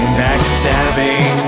backstabbing